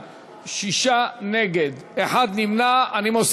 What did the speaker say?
ההצעה להעביר את הצעת חוק התכנון והבנייה (תיקון,